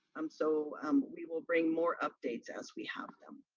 um so um we will bring more updates as we have them.